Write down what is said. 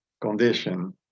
Condition